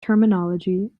terminology